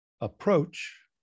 approach